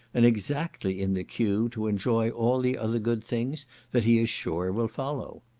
and exactly in the cue to enjoy all the other good things that he is sure will follow.